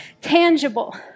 tangible